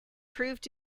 proved